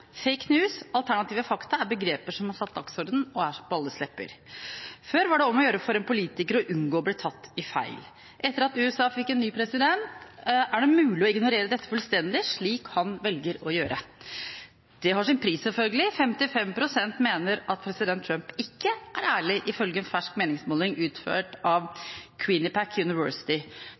«Fake news» og «alternative fakta» er begreper som har satt dagsorden og er på alles lepper. Før var det om å gjøre for en politiker å unngå å bli tatt i feil. Etter at USA fikk en ny president, er det mulig å ignorere dette fullstendig, slik han velger å gjøre. Det har selvfølgelig sin pris. 55 pst. mener at president Trump ikke er ærlig, ifølge en fersk meningsmåling utført av Quinnipiac University.